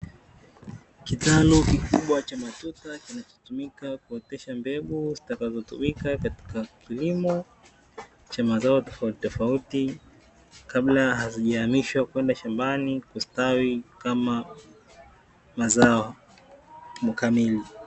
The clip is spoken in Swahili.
Kitalu kikubwa cha matuta kinachotumika kuotesha mbegu zitakazotumika katika kilimo cha mazao tofauti tofauti, kabla hazijahamishwa kwenda shambani kustawi kama mazao kamili.